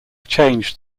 changed